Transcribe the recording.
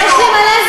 תדברי על החוק.